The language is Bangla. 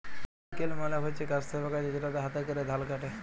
সিকেল মালে হচ্যে কাস্তে বা কাঁচি যেটাতে হাতে ক্যরে ধাল কাটে